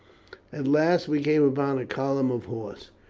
at last we came upon a column of horse.